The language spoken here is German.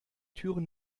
türen